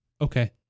okay